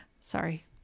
sorry